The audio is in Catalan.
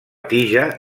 tija